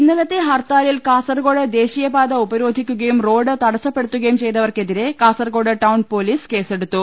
ഇന്നലത്തെ ഹർത്താലിൽ കാസർകോട് ദേശീയപാത ഉപരോ ധിക്കുകയും റോഡ് തടസ്സപ്പെടുത്തുകയും ചെയ്തവർക്കെതിരെ കാസർകോട് ടൌൺ പൊലീസ് കേസെടുത്തു